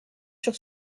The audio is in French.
sur